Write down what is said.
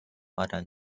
发展